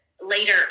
later